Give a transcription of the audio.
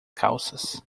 calças